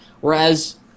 Whereas